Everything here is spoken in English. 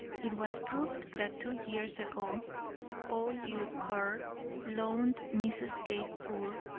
it was proved that two years ago o. u. curr loaned mrs. kate poor,